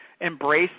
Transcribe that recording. embrace